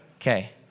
Okay